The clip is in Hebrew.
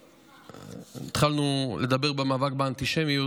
התחלנו לדבר על המאבק באנטישמיות.